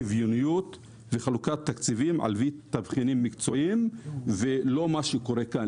שוויוניות וחלוקת תקציבים על פי תבחינים מקצועיים ולא מה שקורה כאן.